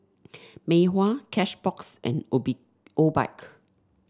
Mei Hua Cashbox and Obi Obike